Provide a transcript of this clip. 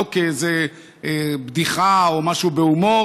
לא כאיזו בדיחה או משהו בהומור,